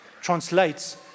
translates